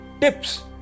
tips